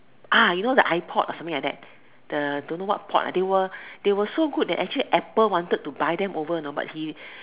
ah you know the iPod or something like that the don't know what pod they were they were so good that apple wanted to buy them over know but he